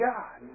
God